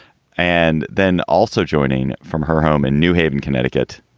and then also joining from her home in new haven, connecticut,